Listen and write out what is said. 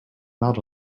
not